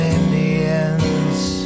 Indians